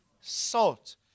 salt